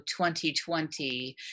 2020